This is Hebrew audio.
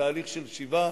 בתהליך של שיבה.